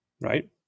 Right